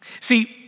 See